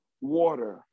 water